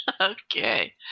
Okay